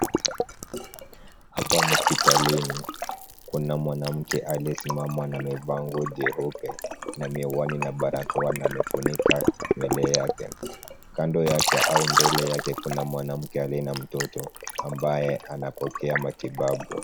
Hapa ni hospitalini. Kuna mwanamke aliyesimama na amevaa nguo jeupe na miwani na barakoa na amefunika nywele yake. Kando yake au mbele yake kuna mwanamke aliye na mtoto ambaye anapokea matibabu.